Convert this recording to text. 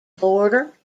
border